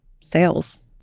sales